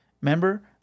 Remember